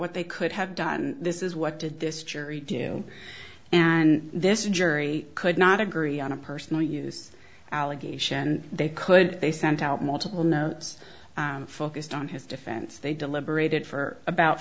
what they could have done this is what did this jury do and this jury could not agree on a personal use allegation they could they sent out multiple notes focused on his defense they deliberated for about